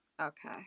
Okay